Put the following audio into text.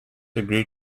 agrees